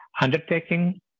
undertaking